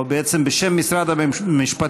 או בעצם בשם משרד המשפטים,